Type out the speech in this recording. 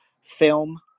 film